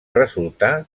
resultar